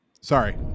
sorry